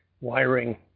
wiring